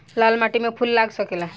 लाल माटी में फूल लाग सकेला?